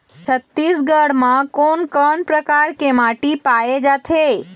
छत्तीसगढ़ म कोन कौन प्रकार के माटी पाए जाथे?